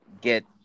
get